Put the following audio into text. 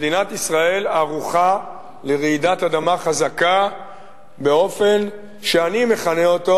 מדינת ישראל ערוכה לרעידת אדמה חזקה באופן שאני מכנה אותו: